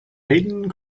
aden